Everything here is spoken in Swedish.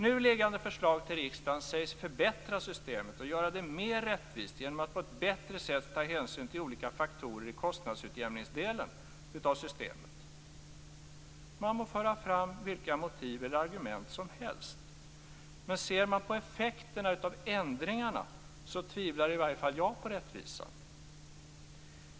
Nu liggande förslag till riksdagen sägs förbättra systemet och göra det mer rättvist genom att på ett bättre sätt ta hänsyn till olika faktorer i kostnadsutjämningsdelen av systemet. Man må föra fram vilka motiv eller argument som helst, men ser man på effekterna av ändringarna tvivlar i varje fall jag på rättvisan.